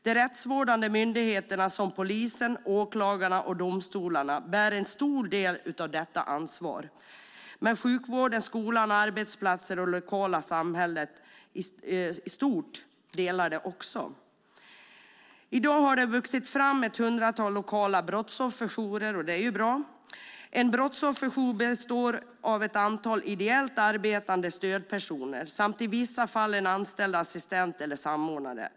De rättsvårdande myndigheterna som polisen, åklagarna och domstolarna bär en stor del av detta ansvar, men det delas också av sjukvården, skolan, arbetsplatser och det lokala samhället i stort. I dag har det vuxit fram ett hundratal lokala brottsofferjourer, och det är bra. En brottsofferjour består av ett antal ideellt arbetande stödpersoner samt i vissa fall en anställd assistent eller samordnare.